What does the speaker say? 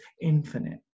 infinite